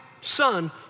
son